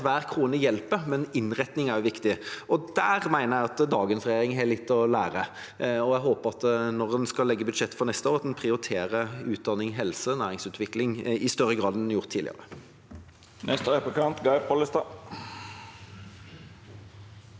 hver krone hjelper, men innretningen er også viktig, og der mener jeg at dagens regjering har litt å lære. Jeg håper at en når en skal lage budsjettet for neste år, prioriterer utdanning, helse og næringsutvikling i større grad enn en har gjort tidligere.